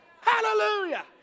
hallelujah